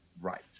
right